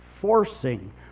forcing